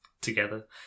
together